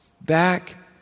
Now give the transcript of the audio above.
back